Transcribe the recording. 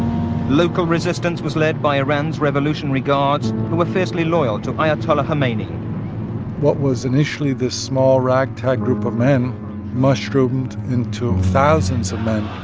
local resistance was led by iran's revolutionary guards, who were fiercely loyal to ayatollah khomeini what was initially this small ragtag group of men mushroomed into thousands of men